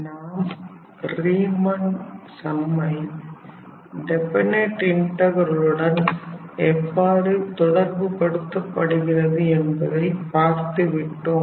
நாம் ரீமன் சம்மை டெஃபனைட் இன்டகரலுடன் எவ்வாறு தொடர்புபடுத்தப்படுகிறது என்பதை பார்த்துவிட்டோம்